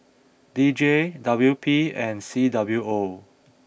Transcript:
D J W P and C W O